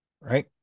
right